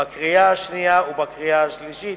בקריאה השנייה ובקריאה השלישית,